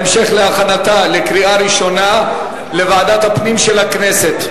הצעת החוק תועבר להמשך הכנתה לקריאה ראשונה לוועדת הפנים של הכנסת.